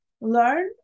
learn